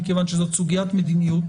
מכיוון שזאת סוגית מדיניות